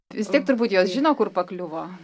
vis tiek turbūt jos žino kur pakliuvo